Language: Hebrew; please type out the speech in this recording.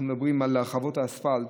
אנחנו מדברים על הרחבות האספלט,